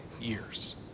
years